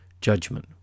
judgment